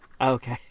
Okay